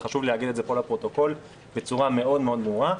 וחשוב להגיד את זה פה לפרוטוקול בצורה מאוד מאוד ברורה.